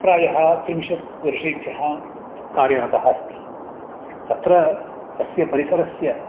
प्रायः त्रिंशत् वर्षेभ्यः कार्यरतः अस्ति तत्र अस्य परिसरस्य